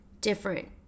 different